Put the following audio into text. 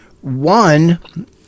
One